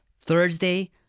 thursday